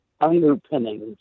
underpinnings